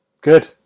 good